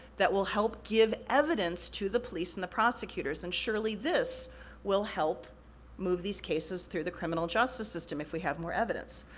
that will help give evidence to the police and the prosecutors. and surely this will help move these cases through the criminal justice system if we have more evidence.